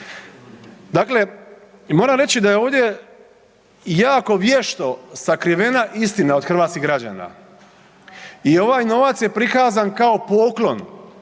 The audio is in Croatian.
Dakle, moram reći da je ovdje jako vješto sakrivena istina od hrvatskih građana i ovaj novac je prikazan kao poklon.